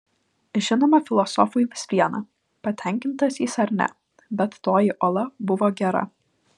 žinoma filosofui vis viena patenkintas jis ar ne bet toji ola buvo gera